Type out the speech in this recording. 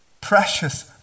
Precious